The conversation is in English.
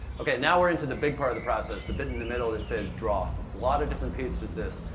okay, now we're into the big part of the process. the bit in the middle that says draw. a lot of different pieces to this.